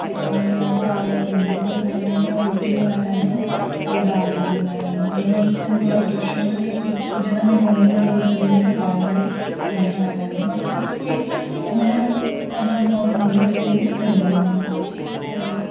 ते में घर भिंडी बी बनाई लैनी आं लौकी बी बनाई लैनी आं होर दाल दूल बी बनाई लैनी केईं बारी इ'यां थोह्ड़ा अग्गें पिच्छें होइंदा लेकिन जि'यां मेरी मम्मी ने जो सखाए दा में उ'आं में बनाई लैनी बाकी अस कोई इ'यां कॉमन अनकॉमन इंग्रेडिएंट्स यूज़ नेईं करने आं ते